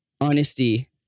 honesty